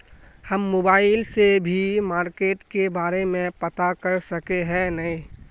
हम मोबाईल से भी मार्केट के बारे में पता कर सके है नय?